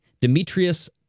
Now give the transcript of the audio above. Demetrius